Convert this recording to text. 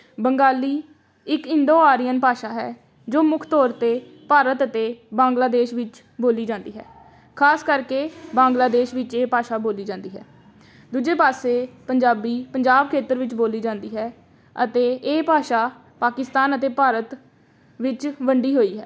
ਬੰਗਾਲੀ ਇੱਕ Indo Aryan ਭਾਸ਼ਾ ਹੈ ਜੋ ਮੁੱਖ ਤੌਰ 'ਤੇ ਭਾਰਤ ਅਤੇ ਬਾਂਗਲਾਦੇਸ਼ ਵਿੱਚ ਬੋਲੀ ਜਾਂਦੀ ਹੈ ਖਾਸ ਕਰਕੇ ਬਾਂਗਲਾਦੇਸ਼ ਵਿੱਚ ਇਹ ਭਾਸ਼ਾ ਬੋਲੀ ਜਾਂਦੀ ਹੈ ਦੂਜੇ ਪਾਸੇ ਪੰਜਾਬੀ ਪੰਜਾਬ ਖੇਤਰ ਵਿੱਚ ਬੋਲੀ ਜਾਂਦੀ ਹੈ ਅਤੇ ਇਹ ਭਾਸ਼ਾ ਪਾਕਿਸਤਾਨ ਅਤੇ ਭਾਰਤ ਵਿੱਚ ਵੰਡੀ ਹੋਈ ਹੈ